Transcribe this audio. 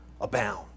abound